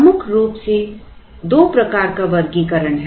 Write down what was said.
प्रमुख रूप से दो प्रकार का वर्गीकरण है